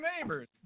neighbors